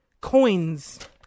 coins